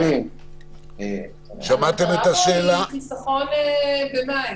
הרעיון הוא חיסכון במים.